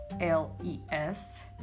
l-e-s